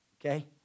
Okay